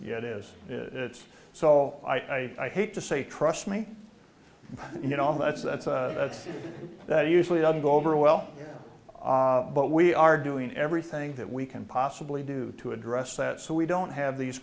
yet is it's so i hate to say trust me you know that's that's a that's that usually doesn't go over well ah but we are doing everything that we can possibly do to address that so we don't have these